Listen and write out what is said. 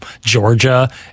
Georgia